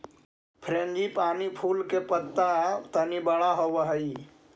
frangipani फूल के पत्त्ता तनी बड़ा होवऽ हई